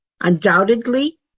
Undoubtedly